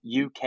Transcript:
UK